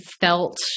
felt